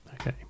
Okay